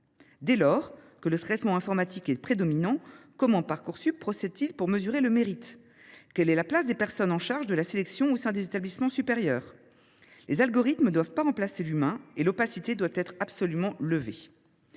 Dès lors que le traitement informatique est prédominant, comment Parcoursup procède t il pour mesurer le mérite ? Quelle est la place des personnes chargées de la sélection au sein des établissements supérieurs ? Les algorithmes ne doivent pas remplacer l’humain, et l’opacité doit absolument être